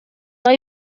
hay